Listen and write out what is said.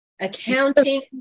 accounting